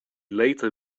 later